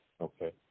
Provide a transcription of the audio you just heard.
Okay